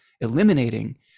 eliminating